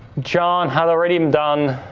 john had already um done